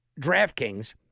DraftKings